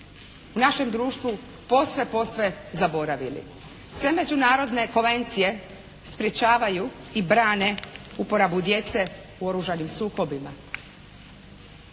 u našem društvo posve, posve zaboravili. Sve međunarodne konvencije sprečavaju i brane uporabu djecu u oružanim sukobima.